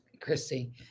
Christy